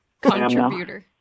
Contributor